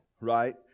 right